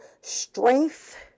strength